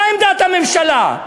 מה עמדת הממשלה?